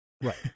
Right